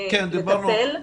לטפל,